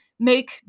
make